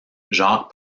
jacques